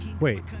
wait